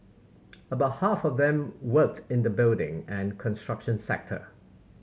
about half of them worked in the building and construction sector